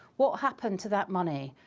what happened to that money?